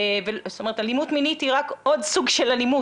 זאת אומרת אלימות מינית היא רק עוד סוג של אלימות,